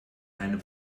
eine